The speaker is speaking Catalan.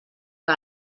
que